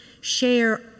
share